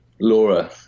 Laura